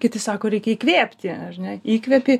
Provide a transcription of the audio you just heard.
kiti sako reikia įkvėpti ar ne įkvepi